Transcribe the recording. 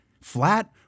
Flat